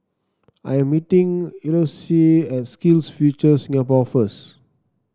I am meeting Elouise at SkillsFuture Singapore first